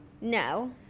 No